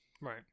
Right